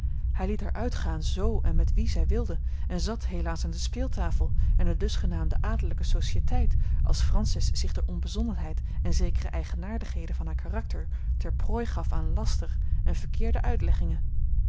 hij liet haar uitgaan z en met wien zij wilde en zat helaas aan de speeltafel en de dusgenaamde adellijke societeit als francis zich door onbezonnenheid en zekere eigenaardigheden van haar karakter ter prooi gaf aan laster en verkeerde uitleggingen